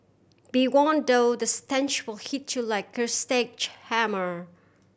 be warn though the stench will hit you like a sledgehammer